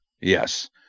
Yes